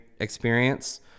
experience